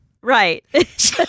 Right